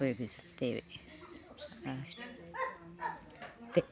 ಉಪಯೋಗಿಸುತ್ತೇವೆ ಅ ಷ್ಟೆ